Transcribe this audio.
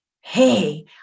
hey